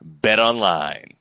BetOnline